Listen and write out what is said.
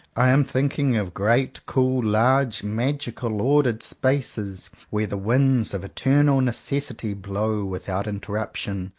i am thinking of great, cool, large, magical, ordered spaces, where the winds of eternal necessity blow without interruption,